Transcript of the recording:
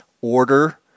order